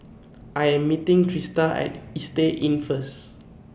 I Am meeting Trista At Istay Inn First